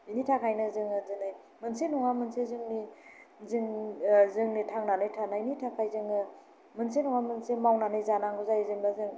बेनि थाखायनो जोङो दिनै मोनसे नङा मोनसे जोंनि थांनानै थानायनि थाखाय जोङो मोनसे नङा मोनसे मावनानै जानांगौ जायो जेनेबा जों